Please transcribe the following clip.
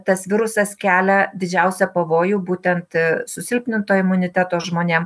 tas virusas kelia didžiausią pavojų būtent susilpninto imuniteto žmonėm